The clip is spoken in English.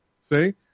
See